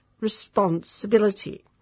responsibility